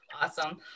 Awesome